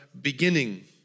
beginning